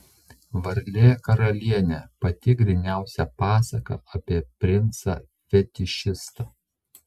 varlė karalienė pati gryniausia pasaka apie princą fetišistą